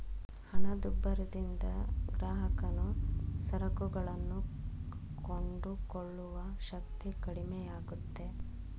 ಹಣದುಬ್ಬರದಿಂದ ಗ್ರಾಹಕನು ಸರಕುಗಳನ್ನು ಕೊಂಡುಕೊಳ್ಳುವ ಶಕ್ತಿ ಕಡಿಮೆಯಾಗುತ್ತೆ